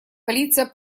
полиция